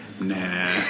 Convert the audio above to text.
nah